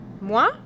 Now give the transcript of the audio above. Moi